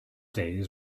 days